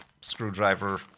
screwdriver